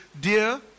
dear